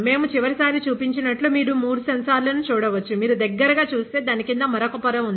మేము చివరి సారి చూపించినట్లు మీరు మూడు సెన్సార్ లను చూడవచ్చు మీరు దగ్గరగా చూస్తే దాని కింద మరొక పొర ఉంది